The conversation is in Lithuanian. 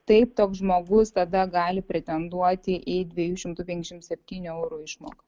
taip toks žmogus tada gali pretenduoti į dviejų šimtų penkiasdešimt septynių eurų išmoką